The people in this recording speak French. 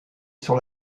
sur